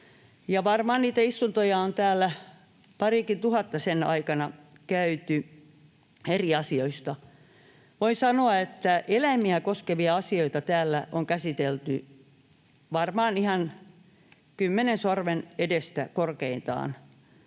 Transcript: varmaan niitä istuntoja on täällä parikin tuhatta sen aikana käyty eri asioista. Voin sanoa, että eläimiä koskevia asioita täällä on käsitelty varmaan korkeintaan ihan kymmenen sormen edestä, elikkä